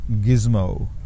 gizmo